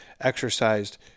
exercised